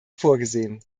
vorgesehen